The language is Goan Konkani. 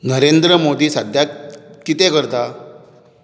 नरेंद्र मोदी सद्याक कितें करता